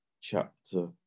chapter